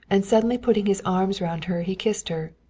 and suddenly putting his arms round her he kissed her.